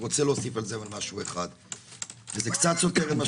אני רוצה להוסיף - וזה קצת סותר את מה